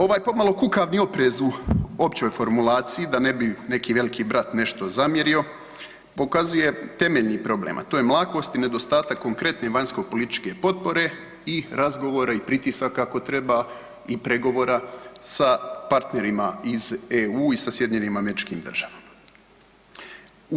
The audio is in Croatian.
Ovaj pomalo kukavni oprez u općoj formulaciji da ne bi neki veliki brat nešto zamjerio, pokazuje temeljni problem, a to je mlakost i nedostatak konkretne vanjsko političke potpore i razgovora i pritisaka ako treba i pregovora sa partnerima iz EU i sa SAD-om.